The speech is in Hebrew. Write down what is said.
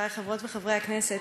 חברי חברות וחברי הכנסת,